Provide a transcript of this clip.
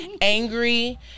angry